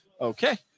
okay